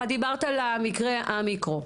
את דיברת על המקרה המיקרו,